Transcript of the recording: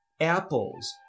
apples